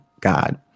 God